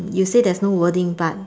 you say there's no wording but